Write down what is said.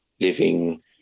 living